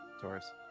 Taurus